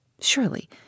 Surely